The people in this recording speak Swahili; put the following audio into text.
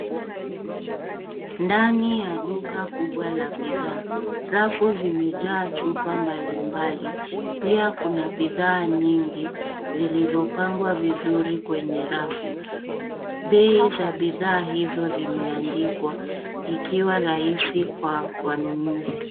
Ndani ya duka kubwa la bidhaa, rafu zimejaa chupa mbalimbali . Pia kuna bidhaa nyingi zilizopangwa vizuri kwenye rafu. Bei ya bidhaa hizo zimeandikwa ikiwa rahisi kwa wanunuzi.